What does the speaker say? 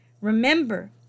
Remember